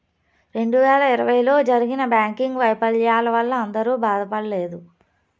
రెండు వేల ఇరవైలో జరిగిన బ్యాంకింగ్ వైఫల్యాల వల్ల అందరూ బాధపడలేదు